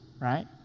right